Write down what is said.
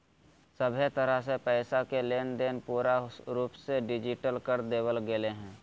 सभहे तरह से पैसा के लेनदेन पूरा रूप से डिजिटल कर देवल गेलय हें